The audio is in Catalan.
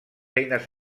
eines